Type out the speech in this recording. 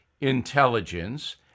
intelligence